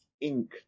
ink